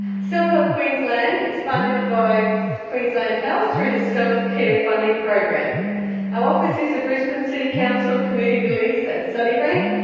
self help queensland is funded by queensland health through the self care funding program. our office is at brisbane city council community links at sunnybank,